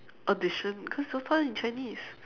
audition cause it's all in Chinese